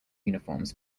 uniforms